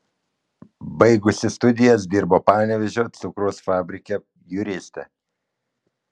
baigusi studijas dirbo panevėžio cukraus fabrike juriste